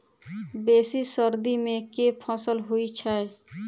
बेसी सर्दी मे केँ फसल होइ छै?